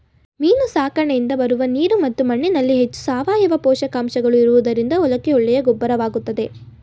ಮೀನು ಸಾಕಣೆಯಿಂದ ಬರುವ ನೀರು ಮತ್ತು ಮಣ್ಣಿನಲ್ಲಿ ಹೆಚ್ಚು ಸಾವಯವ ಪೋಷಕಾಂಶಗಳು ಇರುವುದರಿಂದ ಹೊಲಕ್ಕೆ ಒಳ್ಳೆಯ ಗೊಬ್ಬರವಾಗುತ್ತದೆ